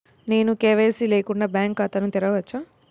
నేను కే.వై.సి లేకుండా బ్యాంక్ ఖాతాను తెరవవచ్చా?